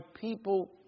people